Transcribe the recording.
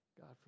God